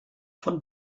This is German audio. von